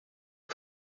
华中